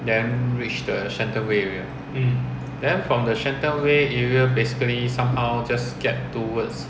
then reach the shenton way area then from the shenton way area basically somehow just get towards